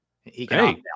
Hey